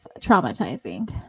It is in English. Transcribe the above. traumatizing